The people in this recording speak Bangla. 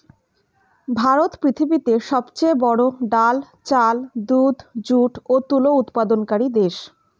ভারত পৃথিবীতে সবচেয়ে বড়ো ডাল, চাল, দুধ, যুট ও তুলো উৎপাদনকারী দেশ